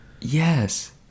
Yes